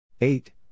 Eight